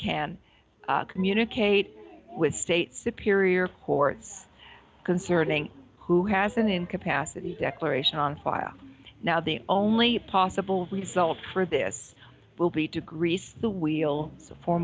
can communicate with state superior court concerning who has an incapacity declaration on file now the only possible for this will be to grease the wheel for